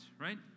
right